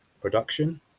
production